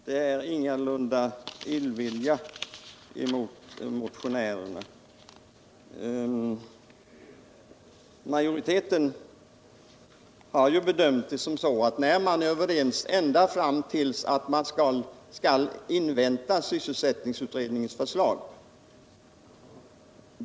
Herr talman! Nej, Torsten Karlsson, det är ingalunda illvilja mot motionärerna som gör att utskottet avstyrkt motionen. Viär i utskottet överens om att vi skall invänta sysselsättningsutredningens förslag.